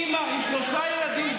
אימא עם שלושה ילדים,